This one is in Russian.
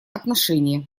отношения